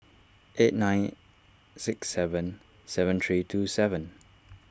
eight nine six seven seven three two seven